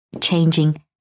changing